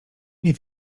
nie